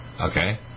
Okay